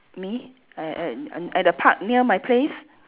me at at at the park near my place